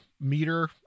meter